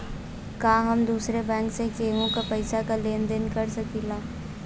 का हम दूसरे बैंक से केहू के पैसा क लेन देन कर सकिला?